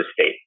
state